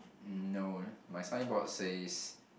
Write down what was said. no my signboard says